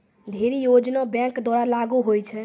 ढ़ेरी योजना बैंक द्वारा लागू होय छै